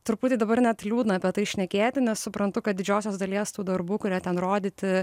truputį dabar net liūdna apie tai šnekėti nes suprantu kad didžiosios dalies tų darbų kurie ten rodyti